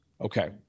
Okay